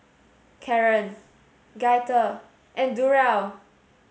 Caron Gaither and Durell